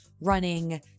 running